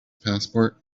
passport